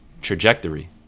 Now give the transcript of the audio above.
trajectory